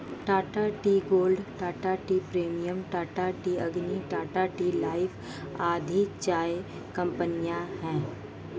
Tata tea gold, Tata tea premium, Tata tea Agni, Tata tea life आदि चाय कंपनियां है